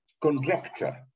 conjecture